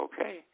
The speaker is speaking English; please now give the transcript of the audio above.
Okay